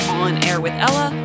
onairwithella